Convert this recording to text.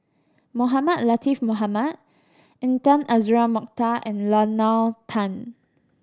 Mohamed Latiff Mohamed Intan Azura Mokhtar and Nalla Tan